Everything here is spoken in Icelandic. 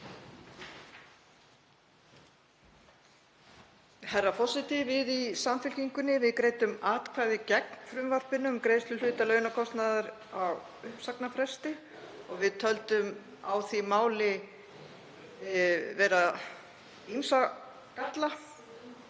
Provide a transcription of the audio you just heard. Herra forseti. Við í Samfylkingunni greiddum atkvæði gegn frumvarpinu um greiðslu hluta launakostnaðar á uppsagnarfresti. Við töldum á því máli vera ýmsa galla